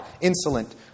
insolent